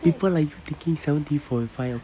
people like you thinking seventy forty five